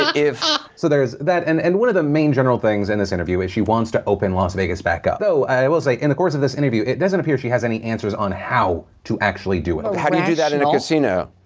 if ah so there's that and and one of the main general things in this interview is she wants to open las vegas back up. though i will say in the course of this interview, it doesn't appear she has any answers on how to actually do it. how do you do that in a casino?